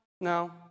no